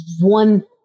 one